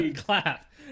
Clap